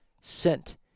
sent